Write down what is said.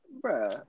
bro